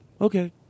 okay